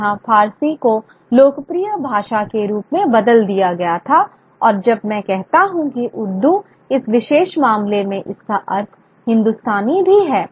यहाँ फ़ारसी को लोकप्रिय भाषा के रूप में बदल दिया गया था और जब मैं कहता हूं कि उर्दू इस विशेष मामले में इसका अर्थ हिंदुस्तानी भी है